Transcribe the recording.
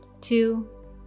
two